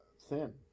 thin